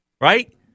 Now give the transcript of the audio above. right